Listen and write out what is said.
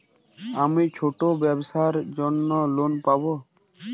আমি ছোট ব্যবসার জন্য লোন পাব?